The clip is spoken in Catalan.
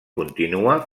continua